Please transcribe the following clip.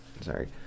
Sorry